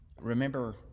remember